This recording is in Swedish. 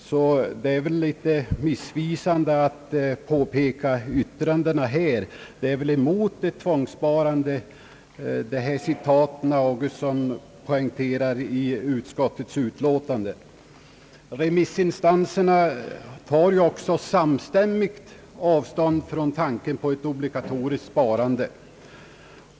Det är väl därför litet missvisande att här dra fram några punkter i utskottets yttrande, som talar emot ett tvångssparande. Remissinstanserna har ju också samstämmigt tagit avstånd från tanken på ett obligatoriskt sparande.